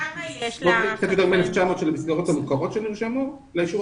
יש 1,900 מסגרות מוכרות שנרשמו לאישור